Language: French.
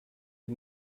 est